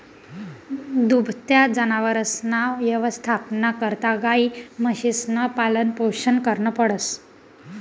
दुभत्या जनावरसना यवस्थापना करता गायी, म्हशीसनं पालनपोषण करनं पडस